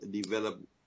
develop